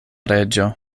reĝo